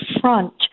front